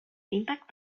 impact